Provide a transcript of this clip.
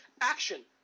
Action